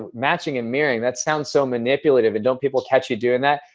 ah matching and mirroring, that sounds so manipulative. and don't people catch you doing that?